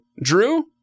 drew